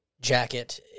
jacket